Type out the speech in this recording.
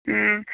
অ